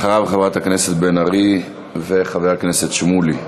אחריו, חברת הכנסת בן ארי וחבר הכנסת שמולי.